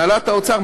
הנהלת האוצר,